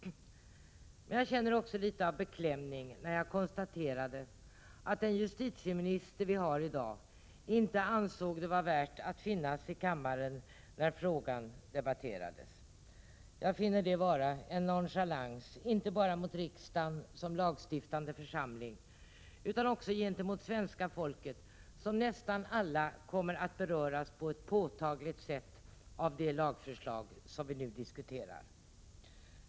Men jag känner också litet av beklämning när jag konstaterade att den justitieminister vi har i dag inte ansett det värt att finnas i kammaren när frågan debatteras. Jag finner det vara en nonchalans inte bara mot riksdagen som lagstiftande församling utan också gentemot svenska folket, som nästan alla kommer att beröras på ett påtagligt sätt av de lagförslag som vi nu diskuterar.